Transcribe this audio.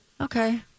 Okay